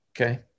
Okay